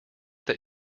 that